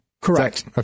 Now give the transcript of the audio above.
Correct